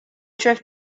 drift